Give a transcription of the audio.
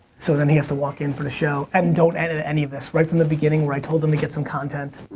so then he has to walk in for the show. and don't edit any of this. right from the beginning where i told him to get some content.